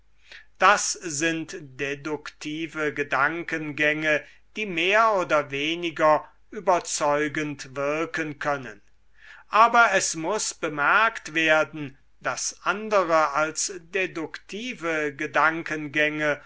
das sind deduktive gedankengänge die mehr oder weniger überzeugend wirken können aber es muß bemerkt werden daß andere als deduktive gedankengänge